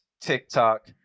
TikTok